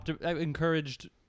encouraged